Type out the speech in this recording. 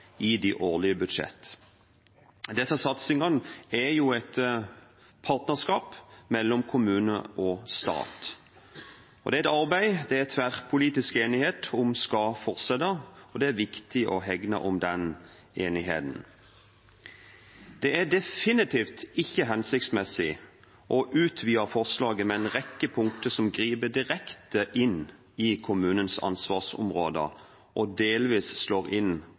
i de årlige budsjett. Disse satsingene er et partnerskap mellom kommune og stat. Det er et arbeid det er tverrpolitisk enighet om skal fortsette, og det er viktig å hegne om den enigheten. Det er definitivt ikke hensiktsmessig å utvide forslaget med en rekke punkter som griper direkte inn i kommunens ansvarsområder og delvis slår inn